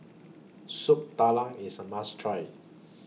Soup Tulang IS A must Try